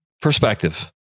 perspective